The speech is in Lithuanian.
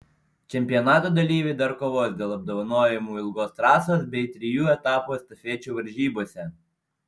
čempionato dalyviai dar kovos dėl apdovanojimų ilgos trasos bei trijų etapų estafečių varžybose